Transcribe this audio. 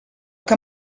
que